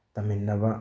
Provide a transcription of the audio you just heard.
ꯇꯝꯃꯤꯟꯅꯕ